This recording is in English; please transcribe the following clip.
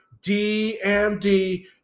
DMD